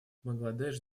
бангладеш